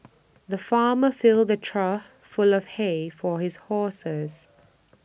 the farmer filled A trough full of hay for his horses